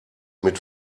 mit